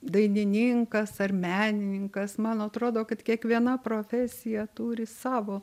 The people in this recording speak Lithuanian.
dainininkas ar menininkas man atrodo kad kiekviena profesija turi savo